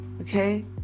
okay